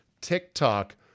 TikTok